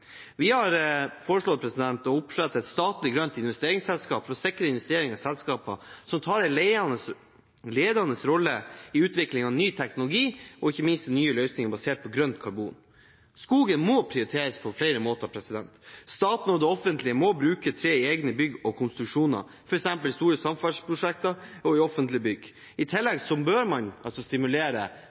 Vi har foreslått å opprette et statlig grønt investeringsselskap for å sikre investeringer i selskaper som tar en ledende rolle i utvikling av ny teknologi og ikke minst nye løsninger basert på grønt karbon. Skogen må prioriteres på flere måter. Staten og det offentlige må bruke tre i egne bygg og konstruksjoner, f.eks. i store samferdselsprosjekter og offentlige bygg. I tillegg bør man stimulere